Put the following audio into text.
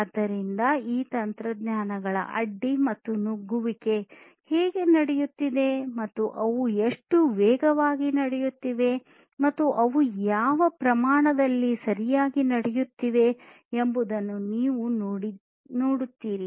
ಆದ್ದರಿಂದ ಈ ತಂತ್ರಜ್ಞಾನಗಳ ಅಡ್ಡಿ ಮತ್ತು ನುಗ್ಗುವಿಕೆ ಹೇಗೆ ನಡೆಯುತ್ತಿದೆ ಮತ್ತು ಅವು ಎಷ್ಟು ವೇಗವಾಗಿ ನಡೆಯುತ್ತಿವೆ ಮತ್ತು ಅವು ಯಾವ ಪ್ರಮಾಣದಲ್ಲಿ ಸರಿಯಾಗಿ ನಡೆಯುತ್ತಿವೆ ಎಂಬುದನ್ನು ನೀವು ನೋಡುತ್ತೀರಿ